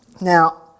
Now